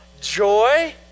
joy